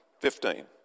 Fifteen